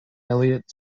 elliot